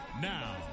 Now